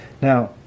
Now